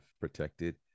protected